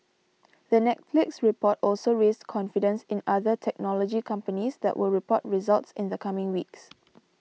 the Netflix report also raised confidence in other technology companies that will report results in the coming weeks